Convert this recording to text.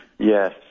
Yes